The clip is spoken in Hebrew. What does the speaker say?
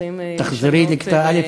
תחזרי לכיתה א',